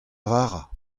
vara